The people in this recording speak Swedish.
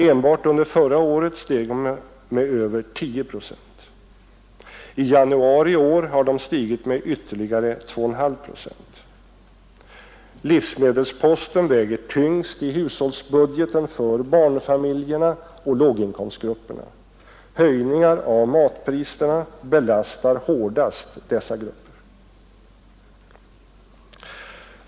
Enbart under förra året steg de med över 10 procent. I januari i år har de stigit med ytterligare 2,5 procent. Livsmedelsposten väger tyngst i hushållsbudgeten för barnfamiljerna och låginkomstgrupperna. Höjningar av matpriserna belastar hårdast dessa grupper.